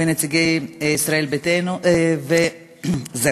ונציגי ישראל ביתנו וזהו.